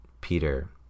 Peter